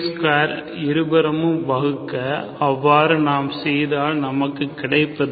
y2 இருபுறமும் வகுக்க அவ்வாறு நாம் செய்தால் நமக்கு கிடைப்பது